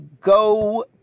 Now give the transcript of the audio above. go